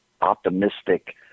optimistic